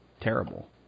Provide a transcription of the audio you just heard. terrible